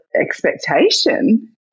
expectation